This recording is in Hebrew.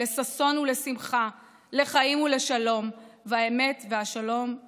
לששון ולשמחה לחיים ולשלום / והאמת והשלום אהבו,